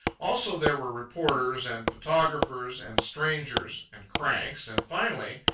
also there were reporters, and photographers, and strangers, and cranks, and finally,